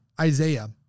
Isaiah